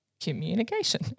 Communication